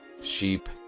sheep